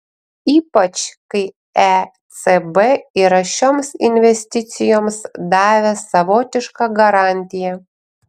ypač kai ecb yra šioms investicijoms davęs savotišką garantiją